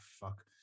fuck